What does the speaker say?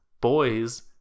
boys